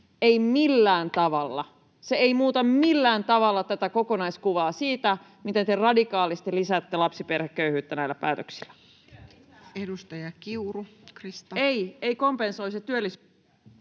ei millään tavalla. Se ei muuta millään tavalla tätä kokonaiskuvaa siitä, miten te radikaalisti lisäätte lapsiperheköyhyyttä näillä päätöksillä. [Mia Laiho: Työ lisää